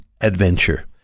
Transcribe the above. adventure